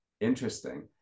interesting